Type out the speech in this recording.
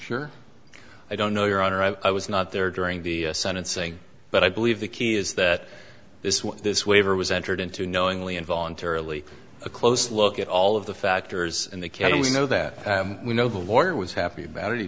sure i don't know your honor i was not there during the sentencing but i believe the key is that this what this waiver was entered into knowingly in voluntarily a close look at all of the factors and they can we know that we know the lawyer was happy about it he